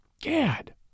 Gad